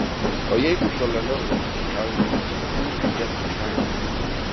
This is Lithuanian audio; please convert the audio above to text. o jeigu tolėliau ūkininkaujantis pasiūlys didesnę kainą